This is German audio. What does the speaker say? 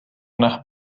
nach